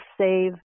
save